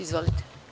Izvolite.